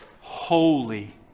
holy